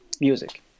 music